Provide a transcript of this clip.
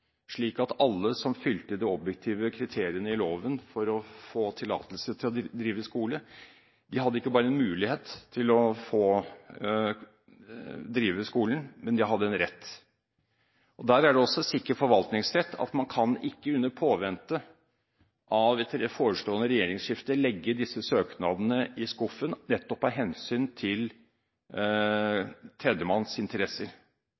slik at alle som oppfylte de objektive kriteriene i loven for å få tillatelse til å drive skole, ikke bare hadde mulighet til å få drive skolen, men de hadde også rett til det. Det er sikker forvaltningsrett at man under påvente av et forestående regjeringsskifte ikke kan legge disse søknadene i skuffen, nettopp av hensyn til tredjemanns interesser.